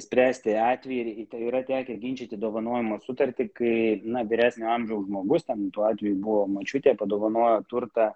spręsti atvejį ryte yra tekę ginčyti dovanojimo sutartį kai vyresnio amžiaus žmogus ten tuo atveju buvo močiutė padovanojo turtą